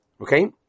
Okay